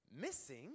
missing